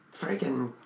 freaking